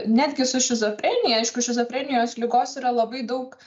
netgi su šizofrenija aišku šizofrenijos ligos yra labai daug